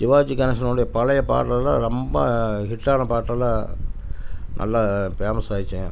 சிவாஜி கணேஷனுடைய பழைய பாடலெல்லாம் ரொம்ப ஹிட்டான பாட்டெல்லாம் நல்லா ஃபேமஸ் ஆகிருச்சிங்க